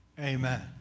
Amen